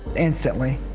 instantly,